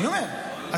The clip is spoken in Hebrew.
אני אומר,